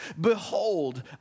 Behold